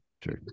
True